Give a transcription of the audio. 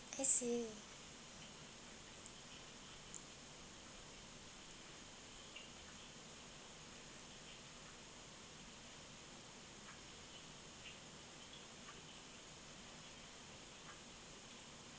I see